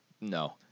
No